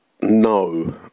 No